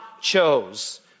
chose